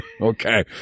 Okay